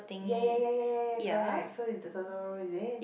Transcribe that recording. ya ya ya ya ya ya correct so is the Totoro is it